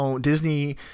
Disney